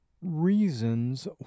reasons